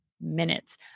minutes